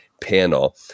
panel